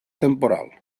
temporal